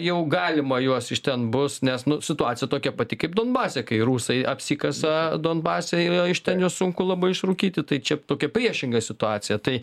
jau galima juos iš ten bus nes nu situacija tokia pati kaip donbase kai rusai apsikasa donbase iš ten juos sunku labai išrūkyti tai čia tokia priešinga situacija tai